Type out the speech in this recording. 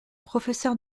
professeur